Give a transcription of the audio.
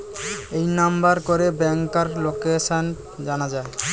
এই নাম্বার করে ব্যাংকার লোকাসান জানা যায়